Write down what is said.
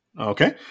Okay